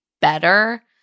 better